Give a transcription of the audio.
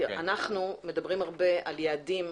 אנחנו מדברים הרבה על יעדים,